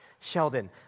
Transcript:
Sheldon